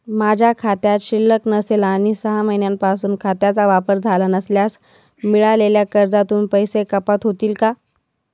माझ्या खात्यात शिल्लक नसेल आणि सहा महिन्यांपासून खात्याचा वापर झाला नसल्यास मिळालेल्या कर्जातून पैसे कपात होतील का?